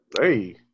Hey